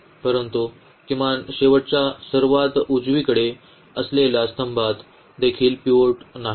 परंतु किमान शेवटच्या सर्वात उजवीकडे असलेल्या स्तंभात देखील पिव्होट नाही